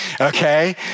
okay